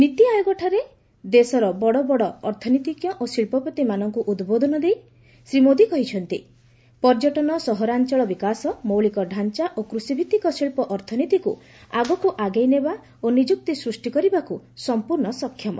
ନୀତି ଆୟୋଗଠାରେ ଦେଶର ବଡ଼ ବଡ଼ ଅର୍ଥନୀତିଜ୍ଞ ଓ ଶିଳ୍ପପତିମାନଙ୍କୁ ଉଦ୍ବୋଧନ ଦେଇ ଶ୍ରୀ ମୋଦି କହିଛନ୍ତି ପର୍ଯ୍ୟଟନ ସହରାଞ୍ଚଳ ବିକାଶ ମୌଳିକ ଡାଞ୍ଚା ଓ କୃଷିଭିତ୍ତିକ ଶିଳ୍ପ ଅର୍ଥନୀତିକୁ ଆଗକୁ ଆଗେଇ ନେବା ଓ ନିଯୁକ୍ତି ସୃଷ୍ଟି କରିବାକୁ ସମ୍ପର୍ଶ୍ଣ ସକ୍ଷମ